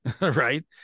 right